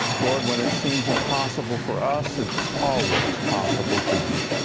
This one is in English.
lord when it seems impossible for us, it's always possible for you.